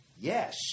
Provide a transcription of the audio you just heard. Yes